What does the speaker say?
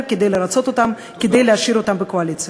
כדי לרצות אותם וכדי להשאיר אותם בקואליציה.